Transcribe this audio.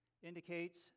Indicates